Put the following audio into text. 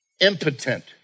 impotent